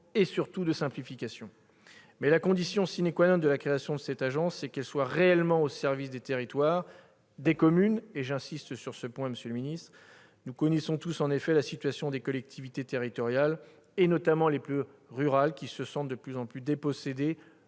de plus de simplification. Mais la condition de la création de cette agence est qu'elle soit réellement au service des territoires, notamment des communes. J'insiste sur ce dernier point, monsieur le ministre : nous connaissons tous la situation des collectivités territoriales, et notamment des plus rurales, qui se sentent de plus en plus dépossédées